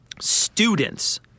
students